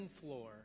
floor